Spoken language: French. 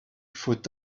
faut